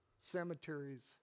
cemeteries